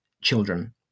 children